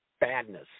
badness